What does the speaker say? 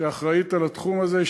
שאחראית לתחום הזה,